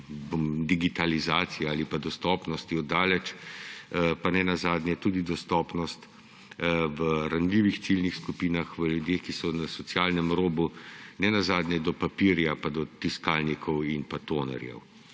teh digitalizacij ali pa dostopnosti od daleč. Pa nenazadnje tudi dostopnost v ranljivih ciljnih skupinah, v ljudeh, ki so na socialnem robu, nenazadnje do papirja, pa do tiskalnikov in tonerjev.